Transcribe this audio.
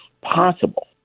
Possible